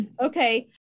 Okay